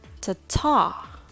ta-ta